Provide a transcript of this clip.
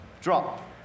drop